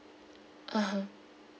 (uh huh)